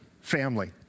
family